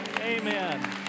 amen